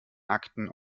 akten